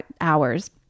hours